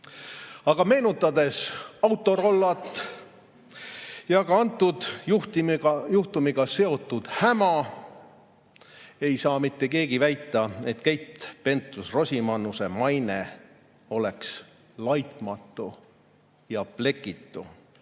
Aga meenutades Autorollot ja ka antud juhtumiga seotud häma, ei saa mitte keegi väita, et Keit Pentus-Rosimannuse maine oleks laitmatu ja plekitu.